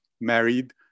Married